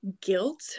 guilt